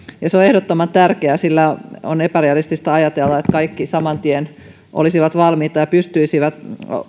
ja se on ehdottoman tärkeää sillä on epärealistista ajatella että kaikki saman tien olisivat valmiita ja pystyisivät